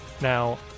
now